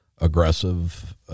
aggressive